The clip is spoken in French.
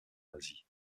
nazie